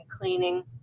cleaning